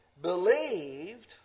believed